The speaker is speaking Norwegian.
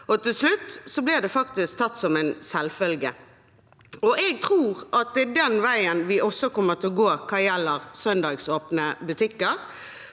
til slutt ble det faktisk tatt som en selvfølge. Jeg tror at det er den veien vi kommer til å gå også hva gjelder søndagsåpne butikker,